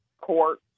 court